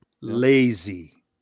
lazy